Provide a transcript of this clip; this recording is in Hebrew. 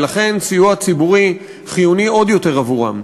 ולכן סיוע ציבורי חיוני עוד יותר עבורם.